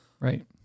Right